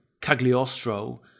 Cagliostro